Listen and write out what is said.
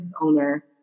owner